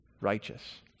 righteous